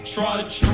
Trudge